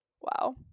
wow